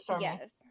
Yes